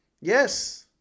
Yes